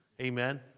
Amen